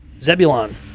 Zebulon